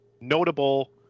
notable